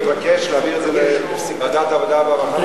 מבקש להעביר את זה לוועדת העבודה והרווחה,